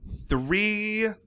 three